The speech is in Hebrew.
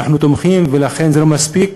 אנחנו תומכים בו, אבל זה לא מספיק.